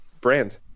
brand